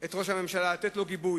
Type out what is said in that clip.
את ראש הממשלה, לתת לו גיבוי,